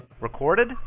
Recorded